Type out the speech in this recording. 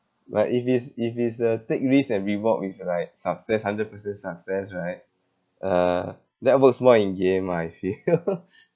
but if it's if it's a take risk and reward with like success hundred percent success right uh that works more in game ah I feel